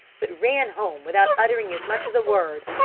but ran home, without uttering as much as a word.